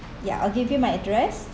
ya I'll give you my address